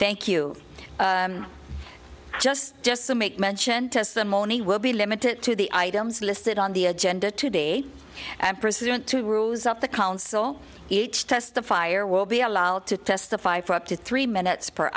thank you just just so make mention testimony will be limited to the items listed on the agenda today and president two rules of the council each test the fire will be allowed to testify for up to three minutes per